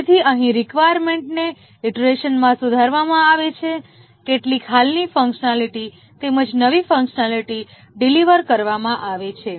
તેથી અહીં રિકવાયર્મેન્ટને ઇટરેશનમાં સુધારવામાં આવે છે કેટલીક હાલની ફંકશનાલિટી તેમજ નવી ફંકશનાલિટી ડિલિવર કરવામાં આવે છે